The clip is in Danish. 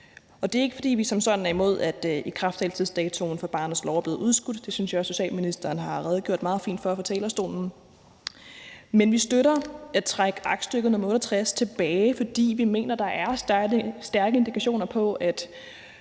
SF. Det er ikke, fordi vi som sådan er imod, at ikrafttrædelsesdatoen for barnets lov er blevet udskudt – noget, jeg også synes socialministeren har redegjort meget fint for fra talerstolen – men vi støtter at trække aktstykke nr. 68 tilbage, fordi vi mener, at der er stærke indikationer på, at